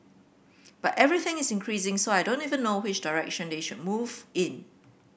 but everything is increasing so I don't even know which direction they should move in